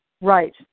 Right